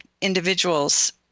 individuals